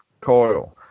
coil